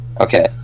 Okay